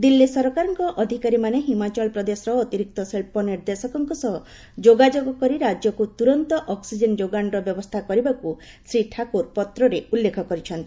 ଦିଲ୍ଲୀ ସରକାରଙ୍କ ଅଧିକାରୀମାନେ ହିମାଚଳପ୍ରଦେଶର ଅତିରିକ୍ତ ଶିଳ୍ପ ନିର୍ଦ୍ଦେଶକଙ୍କ ସହ ଯୋଗାଯୋଗ କରି ରାଜ୍ୟକୁ ତୁରନ୍ତ ଅକ୍ପିଜେନ ଯୋଗାଣର ବ୍ୟବସ୍ଥା କରିବାକୁ ଶ୍ରୀ ଠାକୁର ପତ୍ରରେ ଉଲ୍ଲେଖ କରିଛନ୍ତି